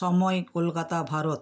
সময় কলকাতা ভারত